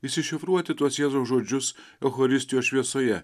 išsišifruoti tuos jėzaus žodžius eucharistijos šviesoje